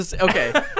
Okay